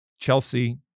Chelsea